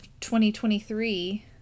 2023